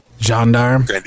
Gendarme